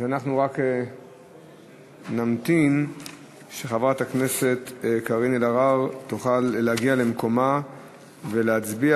אז אנחנו רק נמתין שחברת הכנסת קארין אלהרר תוכל להגיע למקומה ולהצביע,